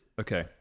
okay